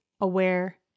aware